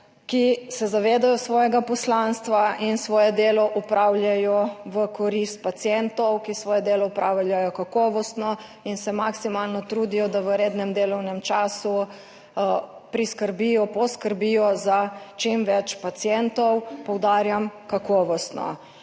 ki se zavedajo svojega poslanstva in svoje delo opravljajo v korist pacientov, ki svoje delo opravljajo kakovostno in se maksimalno trudijo, da v rednem delovnem času priskrbijo, poskrbijo za čim več pacientov. Poudarjam kakovostno.